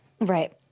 Right